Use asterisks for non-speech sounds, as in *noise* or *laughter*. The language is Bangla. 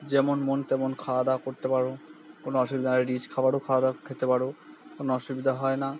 যেমন মন তেমন খাওয়া দাওয়া করতে পারবো কোনো অসুবিধা হয় না রিচ খাবারও *unintelligible* খেতে পারবো কোনো অসুবিধা হয় না